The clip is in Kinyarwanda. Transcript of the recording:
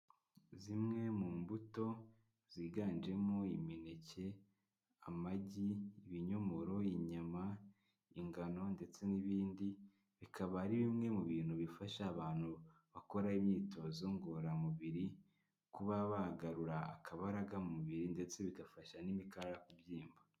Zimwe mu mbuto ziganjemo imineke, amagi, ibinyomoro, inyama, ingano, ndetse n'ibindi bikaba ari bimwe mu bintu bifasha abantu bakora imyitozo ngororamubiri kuba bagarura akabaraga mu mubiri ndetse bigafasha n'imikara kubyimba.